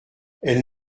elles